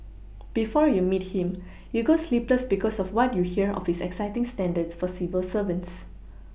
before you meet him you go sleepless because of what you hear of his exacting standards for civil servants